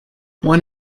one